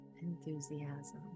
enthusiasm